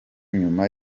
nyuma